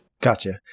Gotcha